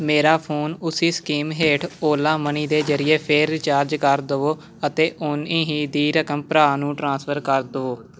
ਮੇਰਾ ਫੋਨ ਉਸੀ ਸਕੀਮ ਹੇਠ ਓਲਾ ਮਨੀ ਦੇ ਜ਼ਰੀਏ ਫੇਰ ਰਿਚਾਰਜ ਕਰ ਦਿਓ ਅਤੇ ਓਨੀ ਹੀ ਦੀ ਰਕਮ ਭਰਾ ਨੂੰ ਟ੍ਰਾਂਸਫਰ ਕਰ ਦਿਓ